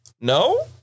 no